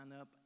up